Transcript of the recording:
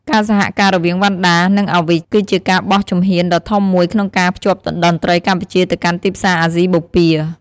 ការសហការរវាងវណ្ណដា និង Awich គឺជាការបោះជំហានដ៏ធំមួយក្នុងការភ្ជាប់តន្ត្រីកម្ពុជាទៅកាន់ទីផ្សារអាស៊ីបូព៌ា។